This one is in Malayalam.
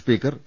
speaker P